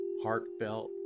heartfelt